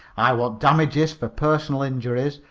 i want damages fer personal injuries,